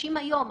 שמתרחשים היום.